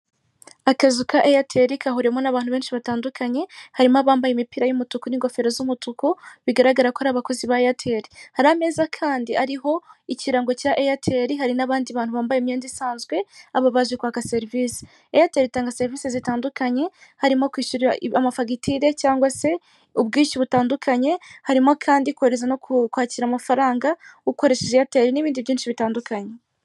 Akazu ka eyateri kahuriwemo n'abantu benshi batandukanye, harimo abambaye imipira y'umutuku n'ingofero z'umutuku bigaragara ko ari abakozi ba eyateri, hari ameza kandi ariho ikirango cya eyateri hari n'abandi bantu bambaye imyenda isanzwe aba baje kwaka serivisi. Eyateri itanga serivisi zitandukanye harimo kwishyura amafagitire cyangwa se ubwishyu butandukanye, harimo kandi kohereza no kwakira amafaranga ukoreshe eyateri n'ibindi byinshi bitandukanye.